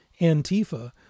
Antifa